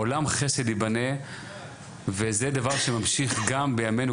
עולם חסד יבנה וזה דבר שממשיך גם בימנו,